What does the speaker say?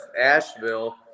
Asheville